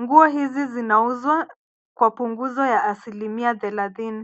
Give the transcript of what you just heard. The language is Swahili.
Nguo hizi zinauzwa kwa punguzo ya asilimia thelathini.